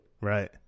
Right